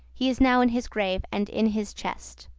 he is now in his grave and in his chest.